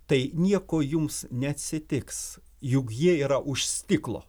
tai nieko jums neatsitiks juk jie yra už stiklo